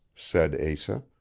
said asa.